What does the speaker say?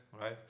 right